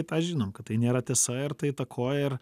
tą žinom kad tai nėra tiesa ir tai įtakoja ir